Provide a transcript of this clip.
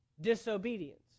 Disobedience